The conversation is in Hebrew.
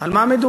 על מה מדובר?